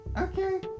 okay